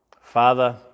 Father